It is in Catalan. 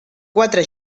quatre